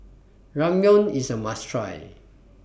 Ramyeon IS A must Try